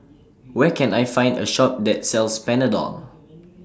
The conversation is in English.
Where Can I Find A Shop that sells Panadol